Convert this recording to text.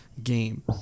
Game